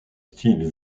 styles